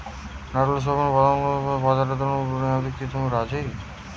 নারকেল, সুয়াবিন, বা বাদাম ফল নু দুধ তইরি করিকি বাজারের জন্য বানানিয়াতে কি তুমি রাজি?